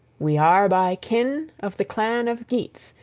we are by kin of the clan of geats,